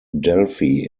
delphi